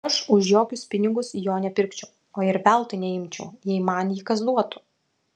aš už jokius pinigus jo nepirkčiau o ir veltui neimčiau jei man jį kas duotų